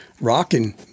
Rocking